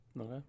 Okay